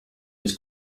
was